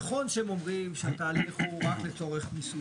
שהם אומרים שהתהליך הוא רק לצורך מיסוי,